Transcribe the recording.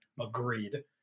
Agreed